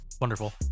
Wonderful